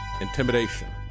intimidation